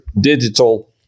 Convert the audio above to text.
digital